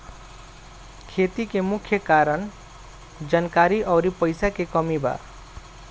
खेती के मुख्य कारन जानकारी अउरी पईसा के कमी बा